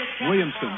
Williamson